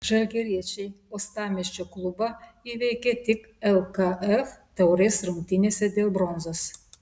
žalgiriečiai uostamiesčio klubą įveikė tik lkf taurės rungtynėse dėl bronzos